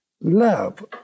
love